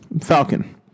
falcon